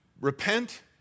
repent